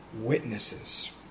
witnesses